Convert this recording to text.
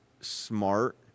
smart